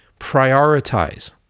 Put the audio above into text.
prioritize